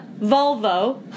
Volvo